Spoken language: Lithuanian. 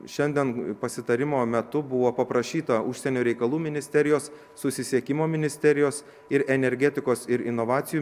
šiandien pasitarimo metu buvo paprašyta užsienio reikalų ministerijos susisiekimo ministerijos ir energetikos ir inovacijų